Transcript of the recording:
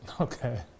okay